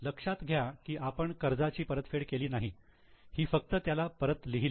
लक्षात घ्या की आपण कर्जाची परतफेड केलेली नाही ही फक्त त्याला परत लिहिले